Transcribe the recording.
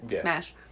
Smash